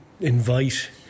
invite